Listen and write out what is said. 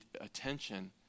attention